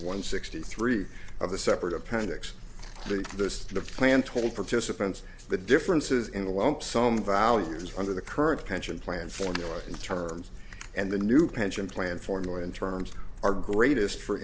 one sixty three of the separate appendix to this the plan told participants the differences in the lump sum values under the current pension plan formula in terms and the new pension plan formula in terms are greatest for